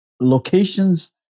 locations